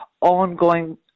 ongoing